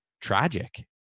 tragic